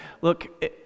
Look